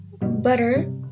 Butter